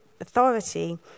authority